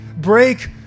break